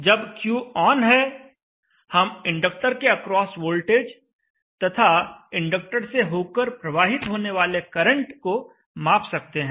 जब Q on है हम इंडक्टर के अक्रॉस वोल्टेज तथा इंडक्टर से होकर प्रवाहित होने वाले करंट को माप सकते हैं